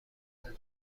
زده